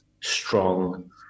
strong